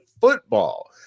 football